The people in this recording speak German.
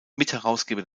mitherausgeber